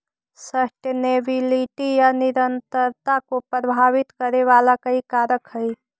sustainability या निरंतरता को प्रभावित करे वाला कई कारक हई